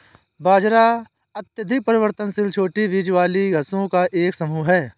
बाजरा अत्यधिक परिवर्तनशील छोटी बीज वाली घासों का एक समूह है